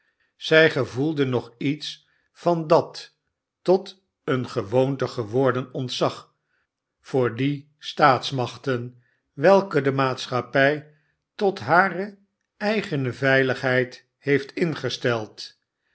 zij gevoelden nog iets van dat tot eene gewoonte geworden ontzag voor die staatsmachten welke de maatschappij tot hare eigene veiligheid heeft ingesteld